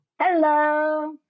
Hello